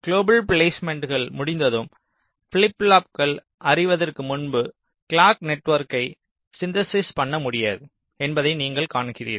global பிலேஸ்மேன்ட்கள் முடிந்ததும் flip ஃப்ளாப்புகள் அறிவதற்கு முன்பு கிளாக் நெட்வொர்க்கை சிந்தெசிஸ் பன்ன முடியாது என்பதை நீங்கள் காண்கிறீர்கள்